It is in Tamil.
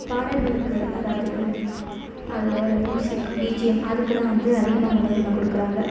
பாடல்களுக்கு அதாவது அதில் வர மியூசிக் பிஜிஎம் அதுக்குதான் வந்து அதிகமாக முன்னுரிமை கொடுக்குறாங்க